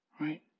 Right